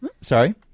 Sorry